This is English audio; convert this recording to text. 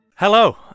Hello